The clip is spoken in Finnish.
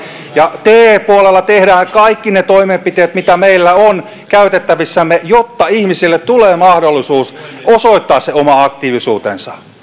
ja te puolella tehdään kaikki ne toimenpiteet mitä meillä on käytettävissämme jotta ihmisille tulee mahdollisuus osoittaa se oma aktiivisuutensa